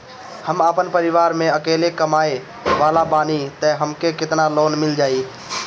हम आपन परिवार म अकेले कमाए वाला बानीं त हमके केतना लोन मिल जाई?